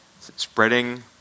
spreading